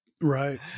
Right